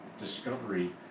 discovery